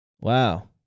Wow